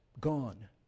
gone